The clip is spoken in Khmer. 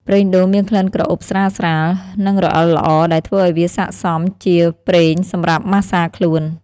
ប្រេងដូងមានក្លិនក្រអូបស្រាលៗ និងរអិលល្អ ដែលធ្វើឲ្យវាស័ក្តិសមជាប្រេងសម្រាប់ម៉ាស្សាខ្លួន។